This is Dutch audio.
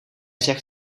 zegt